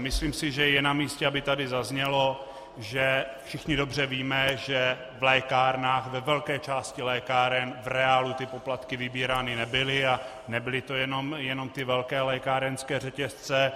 Myslím si, že je namístě, aby tady zaznělo, že všichni dobře víme, že v lékárnách, ve velké části lékáren, v reálu ty poplatky vybírány nebyly, a nebyly to jenom ty velké lékárenské řetězce.